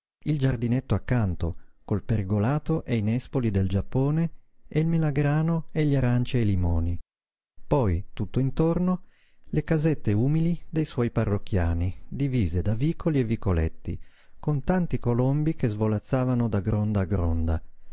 il giardinetto accanto col pergolato e i nespoli del giappone e il melagrano e gli aranci e i limoni poi tutt'intorno le casette umili dei suoi parrocchiani divise da vicoli e vicoletti con tanti colombi che svolazzavano da gronda a gronda